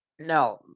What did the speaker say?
No